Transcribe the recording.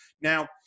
Now